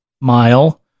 mile